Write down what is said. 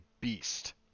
beast